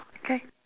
okay